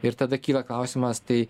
ir tada kyla klausimas tai